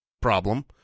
problem